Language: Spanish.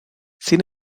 sin